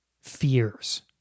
fears